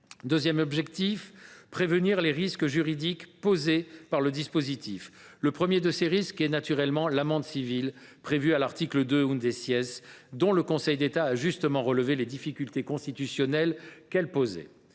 Deuxième objectif : prévenir les risques juridiques que soulève le dispositif. Le premier d’entre eux concerne naturellement l’amende civile prévue à l’article 2 , dont le Conseil d’État a justement relevé les difficultés constitutionnelles qu’elle pose.